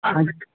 हा